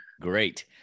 great